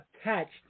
attached